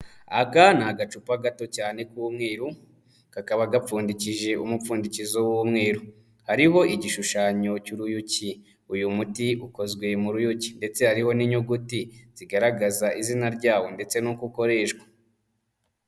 Aka ni agacupa gato cyane k'umweru kakaba gapfundikishije umupfundikizo w'umweru hariho igishushanyo cy'uruyuki, uyu muti ukozwe mu ruyuki ndetse hariho n'inyuguti zigaragaza izina ryawo ndetse nuko ukoreshwa.